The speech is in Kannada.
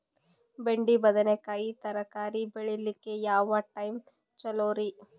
ಬೆಂಡಿ ಬದನೆಕಾಯಿ ತರಕಾರಿ ಬೇಳಿಲಿಕ್ಕೆ ಯಾವ ಟೈಮ್ ಚಲೋರಿ?